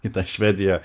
į tą švediją